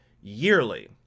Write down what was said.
yearly